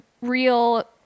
real